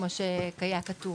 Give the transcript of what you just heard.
כמו שהיה כתוב.